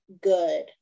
good